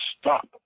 stop